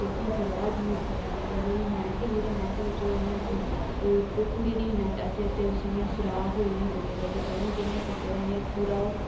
जेहकी फ्राक ही उप्परे आहली ओहदी नेट ही ते नेट बिच इयां ओह् टुक्की ओड़ी दी ही नेट अद्धे अद्धे इयां सुराख होई गेदे है बड़े बड़े पता नेईं किन्नें टुके दा इया पूरा ओह्